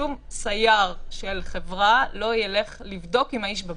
שום סייר של חברה לא ילך לבדוק אם האיש בבית,